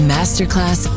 Masterclass